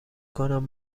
کنم